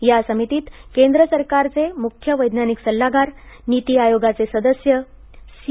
या समितीत केंद्र सरकरचे मुख्य वैज्ञानिक सल्लागार नीती आयोगोचे सदस्य सी